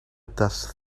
does